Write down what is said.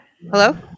Hello